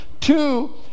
Two